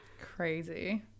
Crazy